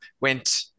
went